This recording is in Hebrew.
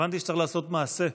הבנתי שצריך לעשות מעשה.